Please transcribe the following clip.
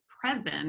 present